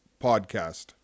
podcast